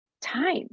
time